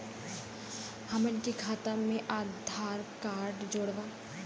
हमन के खाता मे आधार कार्ड जोड़ब?